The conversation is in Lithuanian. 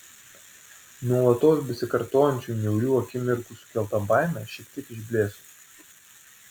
nuolatos besikartojančių niaurių akimirkų sukelta baimė šiek tiek išblėso